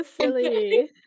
silly